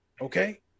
Okay